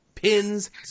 Pins